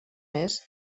més